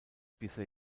bisher